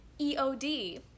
EOD